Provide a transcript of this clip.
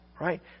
right